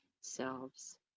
selves